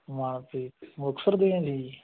ਮਨਪ੍ਰੀਤ ਮੁਕਤਸਰ ਦੇ ਆ ਜੀ